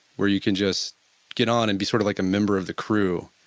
where you can just get on and be sort of like a member of the crew.